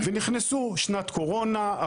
ונכנסו שנת קורונה,